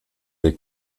der